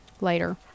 Later